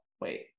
Wait